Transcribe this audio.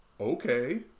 okay